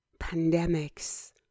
pandemics